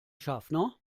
schaffner